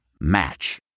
Match